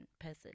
person